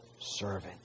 servant